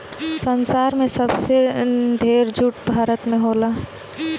संसार में सबसे ढेर जूट भारत में होला